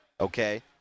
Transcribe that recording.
Okay